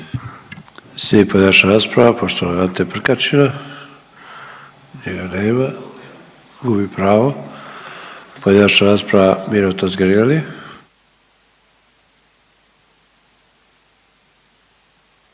Slijedi pojedinačna rasprava poštovanog Ante Prkačina, njega nema, gubi pravo. Pojedinačna rasprava Miro Totgergeli.